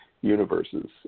universes